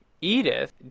Edith